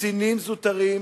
קצינים זוטרים,